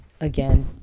again